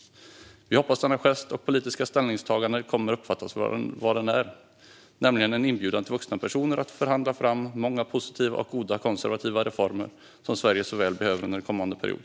Vi hoppas att denna gest och detta politiska ställningstagande kommer att uppfattas för vad det är, nämligen en inbjudan till vuxna personer att förhandla fram många positiva och goda konservativa reformer som Sverige så väl behöver under kommande period.